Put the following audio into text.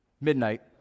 midnight